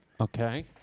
Okay